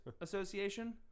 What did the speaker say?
association